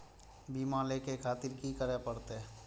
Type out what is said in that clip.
बीमा लेके खातिर की करें परतें?